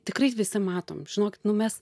tikrai visi matom žinokit nu mes